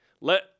let